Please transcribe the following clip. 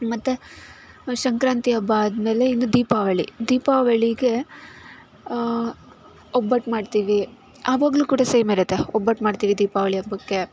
ಮತ್ತು ಸಂಕ್ರಾಂತಿ ಹಬ್ಬ ಆದಮೇಲೆ ಇನ್ನೂ ದೀಪಾವಳಿ ದೀಪಾವಳಿಗೆ ಒಬ್ಬಟ್ಟು ಮಾಡ್ತೀವಿ ಆವಾಗಲೂ ಕೂಡ ಸೇಮ್ ಇರುತ್ತೆ ಒಬ್ಬಟ್ಟು ಮಾಡ್ತೀವಿ ದೀಪಾವಳಿ ಹಬ್ಬಕ್ಕೆ